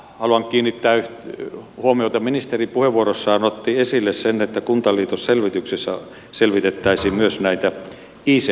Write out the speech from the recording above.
haluan kiinnittää huomiota siihen että ministeri puheenvuorossaan otti esille sen että kuntaliitosselvityksessä selvitettäisiin myös tätä ict yhteistyötä